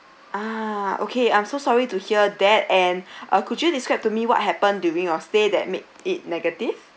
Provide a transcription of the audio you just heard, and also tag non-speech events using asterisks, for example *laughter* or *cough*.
ah okay I'm so sorry to hear that and *breath* uh could you describe to me what happen during your stay that make it negative